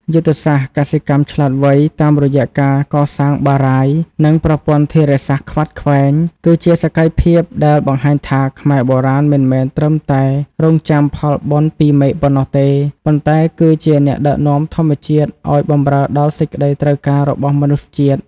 យុទ្ធសាស្ត្រ កសិកម្មឆ្លាតវៃ តាមរយៈការកសាងបារាយណ៍ និងប្រព័ន្ធធារាសាស្ត្រខ្វាត់ខ្វែង គឺជាសក្ខីភាពដែលបង្ហាញថា ខ្មែរបុរាណមិនមែនត្រឹមតែរង់ចាំផលបុណ្យពីមេឃប៉ុណ្ណោះទេ ប៉ុន្តែគឺជាអ្នកដឹកនាំធម្មជាតិឱ្យបម្រើដល់សេចក្តីត្រូវការរបស់មនុស្សជាតិ។